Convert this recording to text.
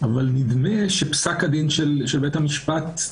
אבל נדמה שפסק הדין של בית המשפט,